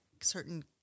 certain